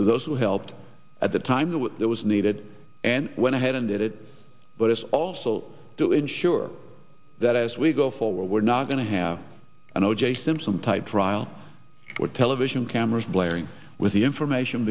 to those who helped at the time that was needed and went ahead and did it but it's also to ensure that as we go forward we're not going to have an o j simpson type trial where television cameras blaring with the information